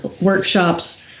workshops